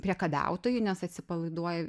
priekabiautojui nes atsipalaiduoja